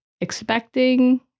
expecting